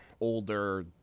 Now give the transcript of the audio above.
older